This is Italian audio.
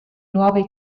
nuove